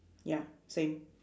ya same